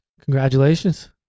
Congratulations